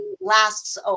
lasts